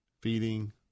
feeding